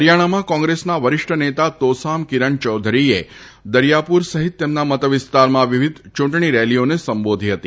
હરીયાણામાં કોગ્રેસના વરીષ્ઠ નેતા તોસામ કિરણ ચૌધરીએ દરિયાપુર સહિત તેમના મત વિસ્તારમાં વિવિધ યુંટણી રેલીઓને સંબોધી હતી